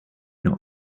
not